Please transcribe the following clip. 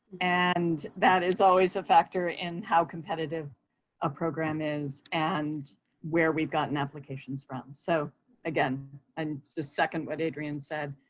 and that is always a factor in how competitive a program is and where we've gotten applications from. so again, i and just second what adrienne said.